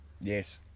Yes